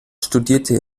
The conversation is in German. studierte